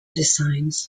designs